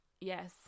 yes